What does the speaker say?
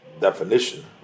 definition